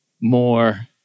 more